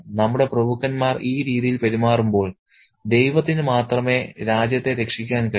നമ്മുടെ പ്രഭുക്കന്മാർ ഈ രീതിയിൽ പെരുമാറുമ്പോൾ ദൈവത്തിന് മാത്രമേ രാജ്യത്തെ രക്ഷിക്കാൻ കഴിയൂ